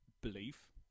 belief